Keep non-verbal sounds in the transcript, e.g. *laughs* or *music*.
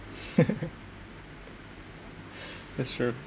*laughs* that's true